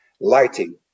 lighting